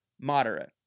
moderate